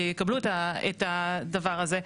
שיקבלו את הדבר הזה,